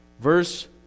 Verse